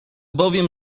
bowiem